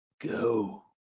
go